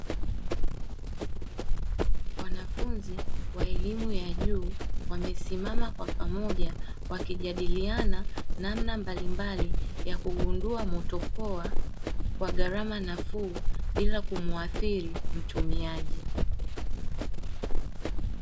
Wanafunzi wa elimu ya juu wamesimama kwa pamoja wakijadiliana namna mbalimbali ya kugundua moto poa, kwa gharama nafuu bila kumuathiri mtumiaji.